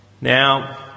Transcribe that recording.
Now